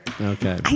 Okay